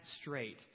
straight